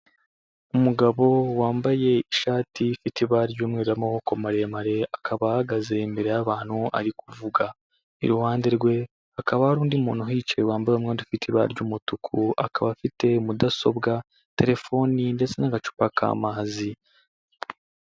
Umugabo wambaye ishati ifite ibara ry'umweru w'amaboko maremare, akaba ahagaze imbere y'abantu ari kuvuga. Iruhande rwe hakaba hari undi muntu uhicaye wambaye umwenda ufite ibara ry'umutuku, akaba afite mudasobwa, telefoni ndetse n'agacupa k'amazi.